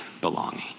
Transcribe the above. belonging